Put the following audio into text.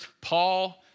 Paul